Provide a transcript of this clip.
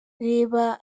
reba